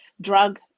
drug